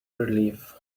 relief